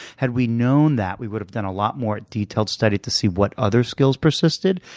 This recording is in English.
had we known that, we would've done a lot more detailed study to see what other skills persisted.